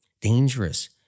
dangerous